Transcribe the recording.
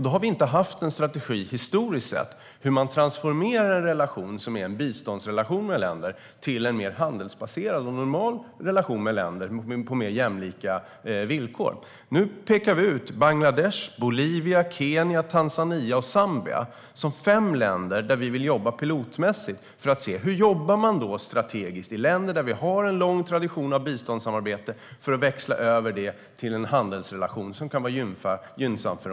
Vi har inte haft en strategi historiskt sett för hur man transformerar en relation som är en biståndsrelation med länder till en mer handelsbaserad och normal relation med länder på mer jämlika villkor. Nu pekar vi ut Bangladesh, Bolivia, Kenya, Tanzania och Zambia som fem länder där vi vill jobba pilotmässigt. Hur jobbar man strategiskt i länder där vi har en lång tradition av biståndssamarbete för att växla över till en handelsrelation som kan vara gynnsam för dessa länder?